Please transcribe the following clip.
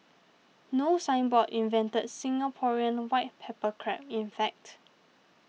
No Signboard invented Singaporean white pepper crab in fact